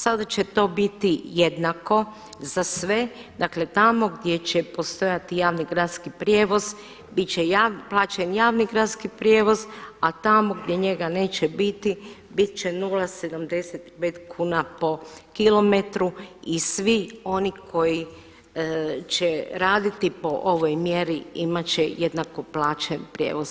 Sada će to biti jednako za sve, dakle tamo gdje će postojati javni gradski prijevoz biti će plaćen javni gradski prijevoz a tamo gdje njega neće biti će 0,75 kuna po kilometru i svi oni koji će raditi po ovoj mjeri imati će jednako plaćen prijevoz.